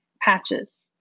patches